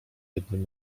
jednym